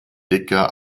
dicker